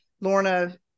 Lorna